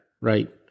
right